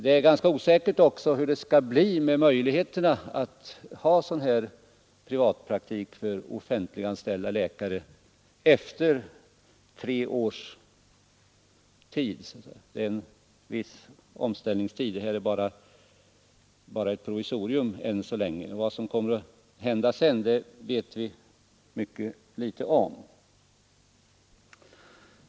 Det är också ganska osäkert hur det skall bli med möjligheterna för offentliganställda läkare att ha privatpraktik efter dessa tre år — detta är än så länge bara ett provisorium; vad som sedan kommer att hända vet vi ingenting om.